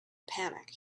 panic